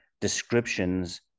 descriptions